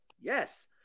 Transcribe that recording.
yes